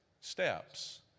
steps